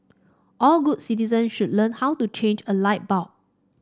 all good citizen should learn how to change a light bulb